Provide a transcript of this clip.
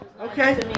Okay